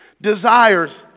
desires